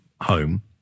home